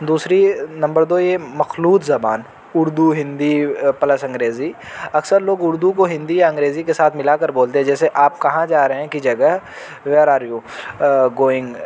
دوسری نمبر دو یہ مخلوط زبان اردو ہندی پلس انگریزی اکثر لوگ اردو کو ہندی یا انگریزی کے ساتھ ملا کر بولتے ہیں جیسے آپ کہاں جا رہے ہیں کہ جگہ ویر آ رہیوں گوئنگ